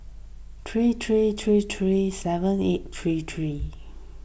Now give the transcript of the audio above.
three three three three seven eight three three